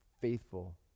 faithful